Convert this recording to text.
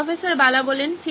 professor Bala ঠিক আছে